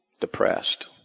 depressed